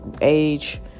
age